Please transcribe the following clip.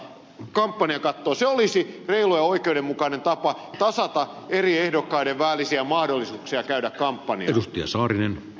se olisi reilu ja oikeudenmukainen tapa tasata eri ehdokkaiden välisiä mahdollisuuksia käydä kampanjaa